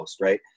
right